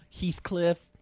Heathcliff